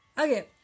Okay